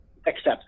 accept